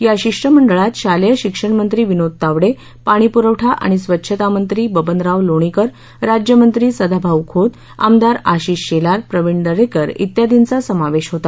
या शिष्टमंडळात शालेय शिक्षण मंत्री विनोद तावडे पाणीपुरवठा आणि स्वच्छता मंत्री बबनराव लोणीकर राज्यमंत्री सदाभाऊ खोत आमदार आशिष शेलार प्रवीण दरेकर त्यादींचा समावेश होता